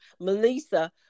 Melissa